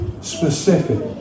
specific